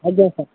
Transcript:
ଆଜ୍ଞା ସାର୍